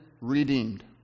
redeemed